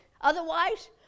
otherwise